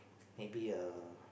maybe err